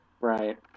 Right